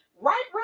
Right